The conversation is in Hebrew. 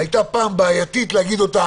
היה פעם בעייתי להגיד אותה